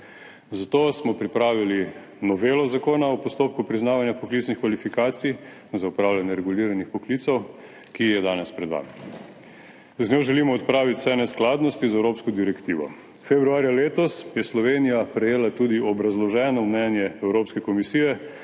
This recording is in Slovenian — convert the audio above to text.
Zato smo pripravili novelo Zakona o postopku priznavanja poklicnih kvalifikacij za opravljanje reguliranih poklicev, ki je danes pred vami. Z njo želimo odpraviti vse neskladnosti z evropsko direktivo. Februarja letos je Slovenija prejela tudi obrazloženo mnenje Evropske komisije,